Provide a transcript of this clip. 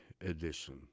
edition